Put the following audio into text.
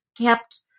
kept